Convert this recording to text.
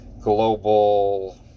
global